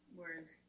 Whereas